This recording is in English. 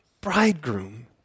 bridegroom